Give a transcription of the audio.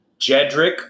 Jedrick